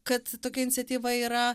kad tokia iniciatyva yra